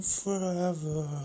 forever